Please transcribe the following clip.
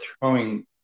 throwing